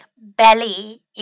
belly